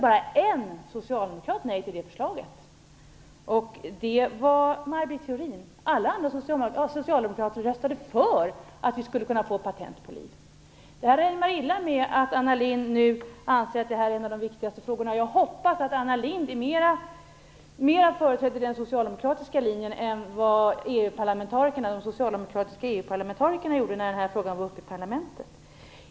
Bara en socialdemokrat röstade nej till det förslaget, nämligen Maj Britt Theorin. Alla andra socialdemokrater röstade för att vi skulle kunna få patent på liv. Det rimmar illa med att Anna Lindh nu anser att det här är en av de viktigaste frågorna. Jag hoppas att Anna Lindh mera företräder den socialdemokratiska linjen än vad de socialdemokratiska EU-parlamentarikerna gjorde när frågan var uppe i parlamentet.